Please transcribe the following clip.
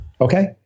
Okay